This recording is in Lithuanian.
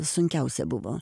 sunkiausia buvo